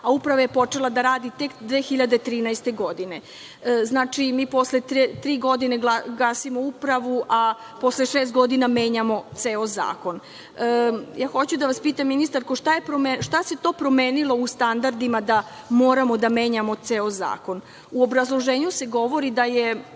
a Uprava je počela da radi tek 2013. godine. Znači, mi posle tri godine gasimo Upravu, a posle šest godina menjamo ceo zakon. Hoću da vas pitam ministarko, šta se to promenilo u standardima da moramo da menjamo ceo zakon?U obrazloženju se govori da se